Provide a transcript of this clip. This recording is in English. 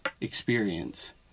experience